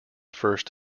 first